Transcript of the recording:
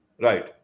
Right